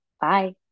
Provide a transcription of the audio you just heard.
Bye